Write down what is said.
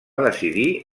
decidir